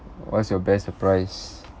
what's your best surprise